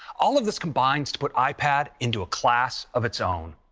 all of this combines to put ipad into a class of its own.